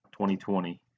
2020